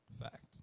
fact